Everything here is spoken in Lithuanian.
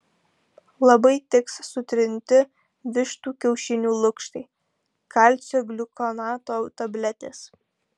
labai tiks sutrinti vištų kiaušinių lukštai kalcio gliukonato tabletės